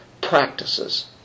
practices